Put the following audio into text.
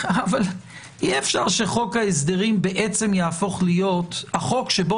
אבל אי-אפשר שחוק ההסדרים יהפוך להיות החוק שבו